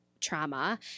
trauma